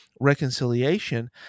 reconciliation